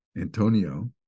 Antonio